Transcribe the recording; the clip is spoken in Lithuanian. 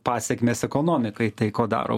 pasekmės ekonomikai tai ko daro